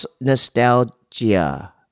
nostalgia